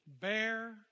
Bear